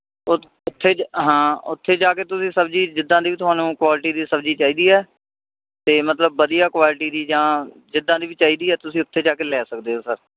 ਓ ਉੱਥੇ ਹਾਂ ਉੱਥੇ ਜਾ ਕੇ ਤੁਸੀਂ ਸਬਜ਼ੀ ਜਿੱਦਾਂ ਦੀ ਵੀ ਤੁਹਾਨੂੰ ਕੋਆਲਟੀ ਦੀ ਸਬਜ਼ੀ ਚਾਹੀਦੀ ਹੈ 'ਤੇ ਮਤਲਬ ਵਧੀਆ ਕੋਆਲਟੀ ਦੀ ਜਾਂ ਜਿੱਦਾਂ ਦੀ ਵੀ ਚਾਹੀਦੀ ਆ ਤੁਸੀਂ ਉੱਥੇ ਜਾ ਕੇ ਲੈ ਸਕਦੇ ਓ ਸਰ